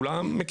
כולם.